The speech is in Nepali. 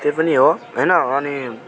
त्यही पनि हो होइन अनि